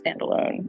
standalone